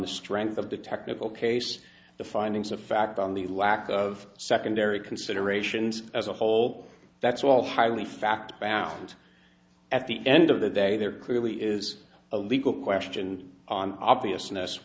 the strength of the technical case the findings of fact on the lack of secondary considerations as a whole that's all highly fact found at the end of the day there clearly is a legal question on obviousnes